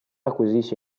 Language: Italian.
acquisisce